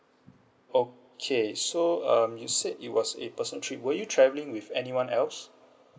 okay so um you said it was a personal trip were you travelling with anyone else